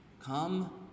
come